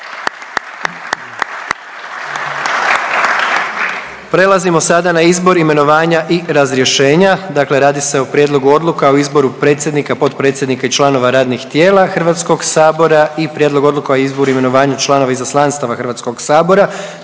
Prelazimo sada na izbor, imenovanja i razrješenja, dakle radi se o Prijedlogu odluka o izboru predsjednika, potpredsjednika i članova radnih tijela HS i Prijedlogu odluka o izboru i imenovanju članova izaslanstava HS, te još